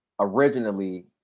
originally